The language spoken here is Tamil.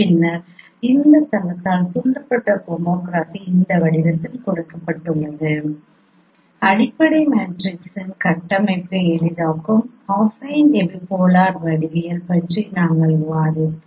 பின்னர் அந்த தளத்தால் தூண்டப்பட்ட ஹோமோகிராபி இந்த வடிவத்தில் கொடுக்கப்படுகிறது அடிப்படை மேட்ரிக்ஸின் கட்டமைப்பை எளிதாக்கும் அஃபைன் எபிபோலர் வடிவியல் பற்றியும் நாங்கள் விவாதித்தோம்